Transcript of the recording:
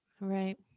Right